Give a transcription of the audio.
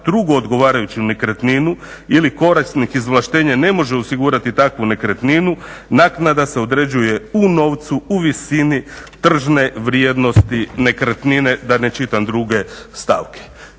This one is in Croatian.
drugu odgovarajuću nekretninu ili korisnik izvlaštenja ne može osigurati takvu nekretninu naknada se određuje u novcu, u visini tržne vrijednosti nekretnine da ne čitam druge stavke.